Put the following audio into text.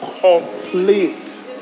complete